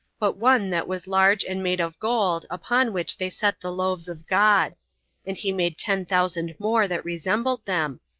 but one that was large and made of gold, upon which they set the loaves of god and he made ten thousand more that resembled them,